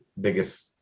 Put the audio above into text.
biggest